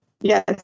Yes